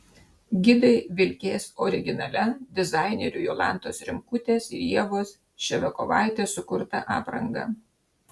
gidai vilkės originalia dizainerių jolantos rimkutės ir ievos ševiakovaitės sukurta apranga